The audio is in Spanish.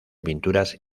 pinturas